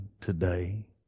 today